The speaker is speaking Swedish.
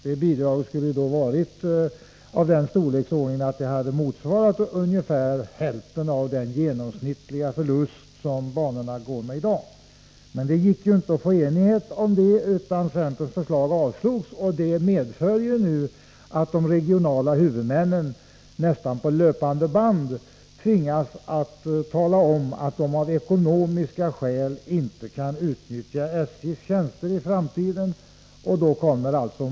Detta bidrag skulle ha varit av den storleksordningen att det hade motsvarat ungefär hälften av den genomsnittliga förlust som banorna i dag går med. Det gick inte att få enighet om det, utan centerns förslag avslogs. Det har medfört att de regionala huvudmännen nu, nästan på löpande band, tvingas tala om att de av ekonomiska skäl inte kan utnyttja SJ:s tjänster i framtiden.